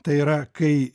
tai yra kai